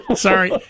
Sorry